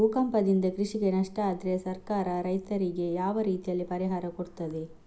ಭೂಕಂಪದಿಂದ ಕೃಷಿಗೆ ನಷ್ಟ ಆದ್ರೆ ಸರ್ಕಾರ ರೈತರಿಗೆ ಯಾವ ರೀತಿಯಲ್ಲಿ ಪರಿಹಾರ ಕೊಡ್ತದೆ?